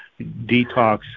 detox